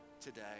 today